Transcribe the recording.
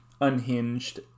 unhinged